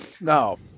no